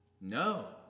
No